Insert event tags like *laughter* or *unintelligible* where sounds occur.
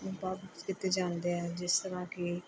*unintelligible* ਕੀਤੇ ਜਾਂਦੇ ਹੈ ਜਿਸ ਤਰ੍ਹਾਂ ਕਿ